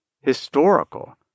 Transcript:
historical